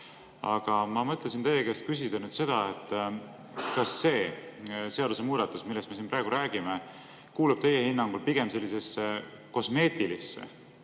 Aga ma mõtlesin teie käest küsida seda, kas see seaduste muudatus, millest me praegu räägime, kuulub teie hinnangul pigem sellisesse kosmeetilise